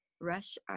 rush